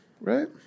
right